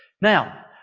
Now